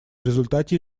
результате